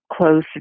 close